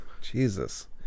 Jesus